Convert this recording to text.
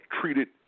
treated